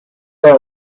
their